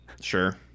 Sure